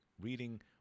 reading